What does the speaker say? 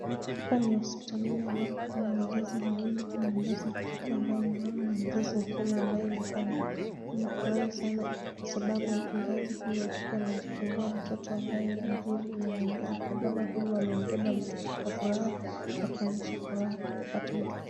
Hapa ni hospitalini ambapo kuna wazazi wawili. Kuna mzazi wa kike ambaye ni mama na mzazi wa kiume ambaye ni baba. Wamefurahi sana kwa sababu mzazi huyu wa kike amejifungua mtoto ambaye ni mzuri na mwenye afya. Baba huyu amembeba mtoto kwa furaha na kuonyesha furaha kwa kupata mtoto.